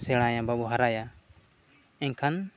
ᱥᱮᱬᱟᱭᱟ ᱵᱟᱵᱚ ᱦᱟᱨᱟᱭᱟ ᱮᱱᱠᱷᱟᱱ